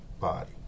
body